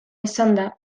esanda